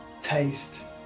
taste